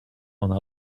ona